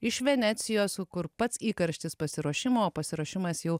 iš venecijos kur pats įkarštis pasiruošimo o pasiruošimas jau